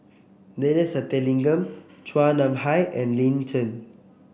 Neila Sathyalingam Chua Nam Hai and Lin Chen